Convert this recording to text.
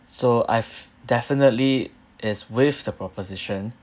so I've definitely is with the proposition